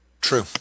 True